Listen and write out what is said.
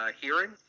hearing